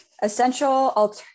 Essential